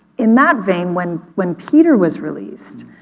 in that vein, when when peter was released,